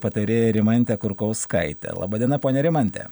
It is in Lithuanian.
patarėją rimantę kurkauskaitę laba diena ponia rimante